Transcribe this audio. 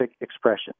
expression